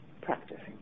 practicing